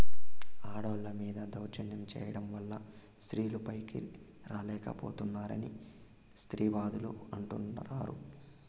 ఆడోళ్ళ మీద దౌర్జన్యం చేయడం వల్ల స్త్రీలు పైకి రాలేక పోతున్నారని స్త్రీవాదులు అంటుంటారు